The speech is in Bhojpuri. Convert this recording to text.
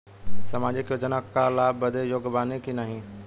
सामाजिक योजना क लाभ बदे योग्य बानी की नाही?